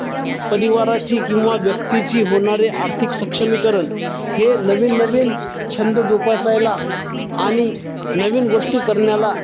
परिवाराची किंवा व्यक्तीची होणारे आर्थिक सक्षमीकरण हे नवीन नवीन छंद जोपासायला आणि नवीन गोष्टी करण्याला